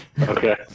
Okay